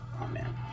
Amen